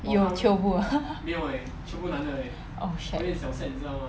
有 chio bu ah oh shag